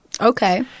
Okay